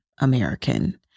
American